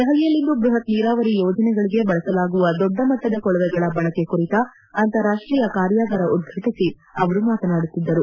ದೆಹಲಿಯಲ್ಲಿಂದು ಬೃಹತ್ ನೀರಾವರಿ ಯೋಜನೆಗಳಿಗೆ ಬಳಸಲಾಗುವ ದೊಡ್ಡ ಮಟ್ಟದ ಕೊಳವೆಗಳ ಬಳಕೆ ಕುರಿತ ಅಂತಾರಾಷ್ಟೀಯ ಕಾರ್ಯಾಗಾರ ಉದ್ವಾಟಿಸಿ ಅವರು ಮಾತನಾಡುತ್ತಿದ್ದರು